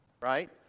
right